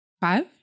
five